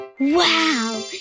Wow